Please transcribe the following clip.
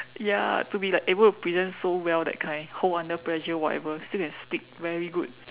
ya to be like able to present so well that kind hold under pressure whatever still can speak very good